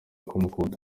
kumukunda